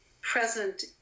present